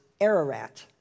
Ararat